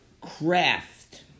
craft